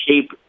shape